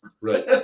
Right